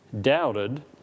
doubted